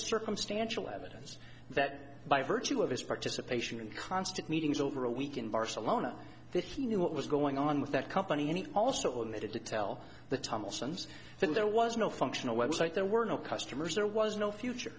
circumstantial evidence that by virtue of his participation in constant meetings over a week in barcelona that he knew what was going on with that company also admitted to tell the thompsons that there was no functional web site there were no customers there was no future